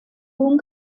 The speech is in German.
rom